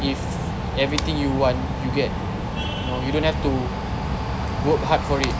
if everything you want you get no you don't have to work hard for it